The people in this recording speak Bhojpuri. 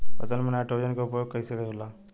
फसल में नाइट्रोजन के उपयोग कइसे होला?